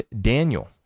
Daniel